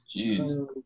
Jeez